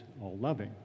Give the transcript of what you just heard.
all-loving